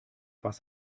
was